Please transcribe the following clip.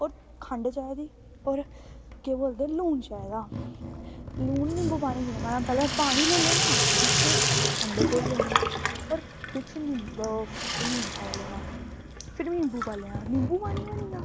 और खंड चाही दी और केह् बोलदे लून चाही दा लून निम्बू पानी केह् बनाना पैह्लैं पानी लेई लैना बिच्च खंड घोली लैनी और बिच्च निम्बू पाई लैना फिर निम्बू पाई लैना फिर निम्बू बनिया